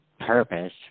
purpose